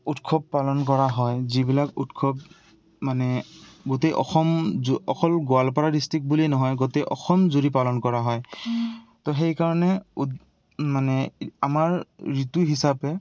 উৎসৱ পালন কৰা হয় যিবিলাক উৎসৱ মানে গোটেই অসম অকল গোৱালপাৰা ডিষ্টিক্ট বুলিয়েই নহয় গোটেই অসম জুৰি পালন কৰা হয় তো সেইকাৰণে মানে আমাৰ ঋতু হিচাপে